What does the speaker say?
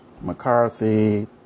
McCarthy